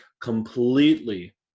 completely